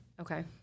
okay